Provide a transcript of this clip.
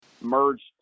merged –